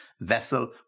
vessel